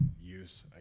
use